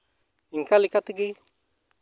ᱤᱝᱠᱟ ᱞᱮᱠᱟ ᱛᱮᱜᱮ